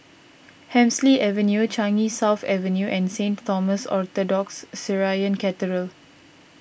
Hemsley Avenue Changi South Avenue and Saint Thomas Orthodox Syrian Cathedral